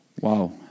wow